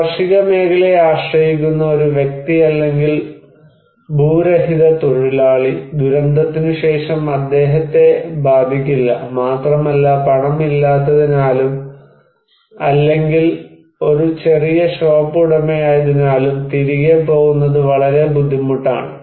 കാർഷിക മേഖലയെ ആശ്രയിക്കുന്ന ഒരു വ്യക്തി അല്ലെങ്കിൽ ഭൂരഹിത തൊഴിലാളി ദുരന്തത്തിനുശേഷം അദ്ദേഹത്തെ ബാധിക്കില്ല മാത്രമല്ല പണം ഇല്ലാത്തതിനാലും അല്ലെങ്കിൽ ഒരു ചെറിയ ഷോപ്പ് ഉടമയായതിനാലും തിരികെ പോകുന്നത് വളരെ ബുദ്ധിമുട്ടാണ്